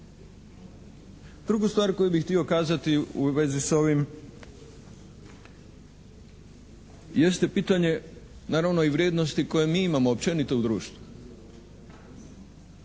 Drugu stvar koju bi htio kazati u vezi s ovim jeste pitanje naravno i vrijednosti koje mi imamo općenito u društvu.